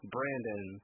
Brandon